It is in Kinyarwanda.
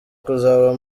kuzaba